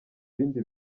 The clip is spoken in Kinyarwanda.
bindi